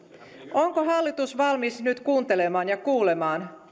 onko hallitus valmis nyt kuuntelemaan ja kuulemaan